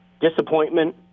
disappointment